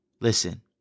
Listen